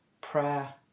Prayer